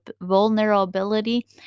vulnerability